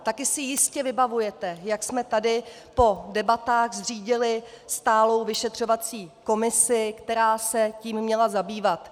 Také si jistě vybavujete, jak jsme tady po debatách zřídili stálou vyšetřovací komisi, která se tím měla zabývat.